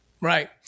Right